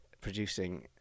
producing